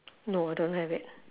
no I don't have it